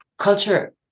Culture